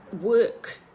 Work